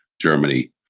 Germany